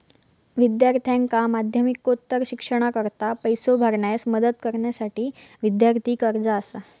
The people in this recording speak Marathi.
विद्यार्थ्यांका माध्यमिकोत्तर शिक्षणाकरता पैसो भरण्यास मदत करण्यासाठी विद्यार्थी कर्जा असा